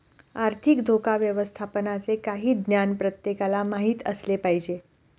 आर्थिक धोका व्यवस्थापनाचे काही ज्ञान प्रत्येकाला माहित असले पाहिजे